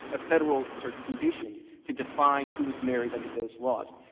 a federal, sort of, condition to define who was married under those laws.